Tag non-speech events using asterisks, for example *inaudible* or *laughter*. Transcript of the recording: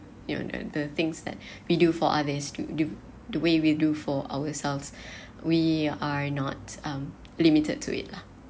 even when the things that *breath* we do for others is to do the way we do for ourselves *breath* we are not um limited to it lah